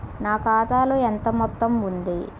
నా ఖాతాలో ఎంత మొత్తం ఉంది?